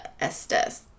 Estes